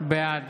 בעד